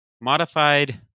Modified